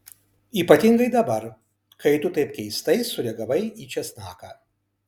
ypatingai dabar kai tu taip keistai sureagavai į česnaką